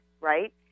Right